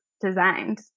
designed